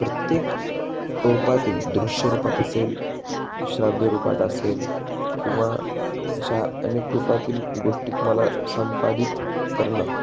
प्रत्येक रूपातील दृश्यरूपात असेल श्राव्य रूपात असेल किंवा अशा अनेक रूपातील गोष्टी तुम्हाला संपादित करणं